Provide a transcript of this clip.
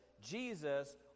...Jesus